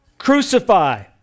Crucify